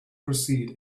proceed